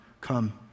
come